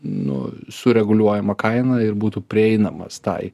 nu su reguliuojama kaina ir būtų prieinamas tai